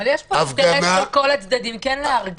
--- יש פה אינטרס של כל הצדדים להרגיע.